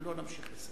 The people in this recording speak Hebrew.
אם לא, נמשיך.